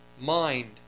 mind